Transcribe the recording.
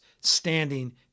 standing